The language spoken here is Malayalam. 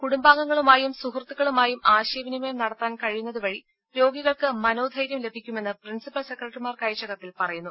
കുടുംബാംഗങ്ങളുമായും സുഹൃത്തുക്കളുമായും ആശയ വിനിമയം നടത്താൻ കഴിയുന്നത് വഴി രോഗികൾക്ക് മനോധൈര്യം ലഭിയ്ക്കുമെന്ന് പ്രിൻസിപ്പൽ സെക്രട്ടറിമാർക്കയച്ച കത്തിൽ പറയുന്നു